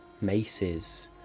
Maces